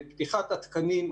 בפתיחת התקנים,